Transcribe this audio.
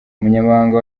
umunyamabanga